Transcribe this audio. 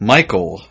Michael